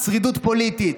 שרידות פוליטית.